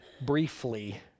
briefly